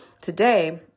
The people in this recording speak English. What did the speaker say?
Today